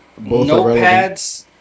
notepads